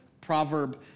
proverb